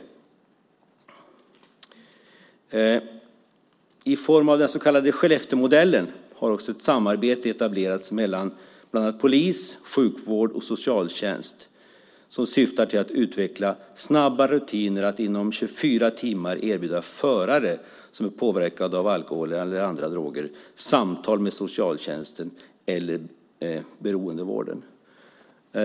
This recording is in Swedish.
Ett samarbete i form av den så kallade Skellefteåmodellen har också etablerats mellan bland annat polis, sjukvård och socialtjänst. Det syftar till att utveckla snabba rutiner för att inom 24 timmar erbjuda förare som är påverkade av alkohol eller andra droger samtal med socialtjänsten eller beroendevården.